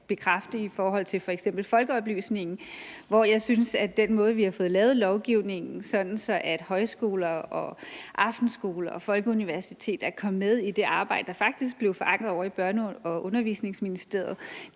i forhold til f.eks. folkeoplysningen, hvor jeg synes, at den måde, vi har fået lavet lovgivningen på, sådan at højskoler og aftenskoler og folkeuniversiteter er kommet med i det arbejde, der faktisk blev forankret ovre i Børne- og Undervisningsministeriet,